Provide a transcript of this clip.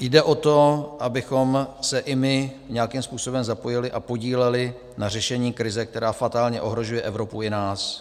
Jde o to, abychom se i my nějakým způsobem zapojili a podíleli na řešení krize, která fatálně ohrožuje Evropu i nás.